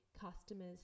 customers